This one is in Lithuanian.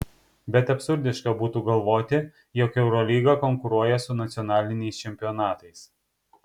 bet absurdiška būtų galvoti jog eurolyga konkuruoja su nacionaliniais čempionatais